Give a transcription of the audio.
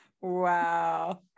Wow